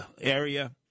area